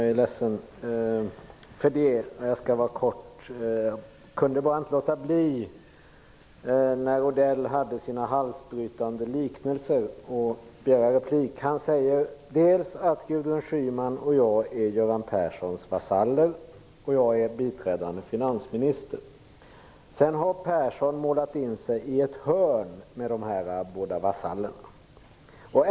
Fru talman! När Odell gjorde sina halsbrytande liknelser kunde jag inte låta bli att begära replik. Han säger att Gudrun Schyman och jag är Göran Perssons vasaller och att jag är biträdande finansminister. Sedan säger han att Persson har målat in sig i ett hörn med dessa båda vasaller.